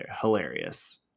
hilarious